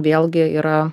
vėlgi yra